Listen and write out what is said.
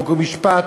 חוק ומשפט,